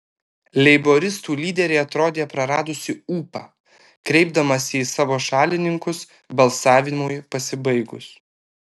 leiboristų lyderė atrodė praradusį ūpą kreipdamasi į savo šalininkus balsavimui pasibaigus